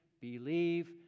believe